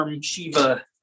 shiva